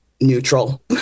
neutral